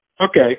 okay